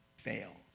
fails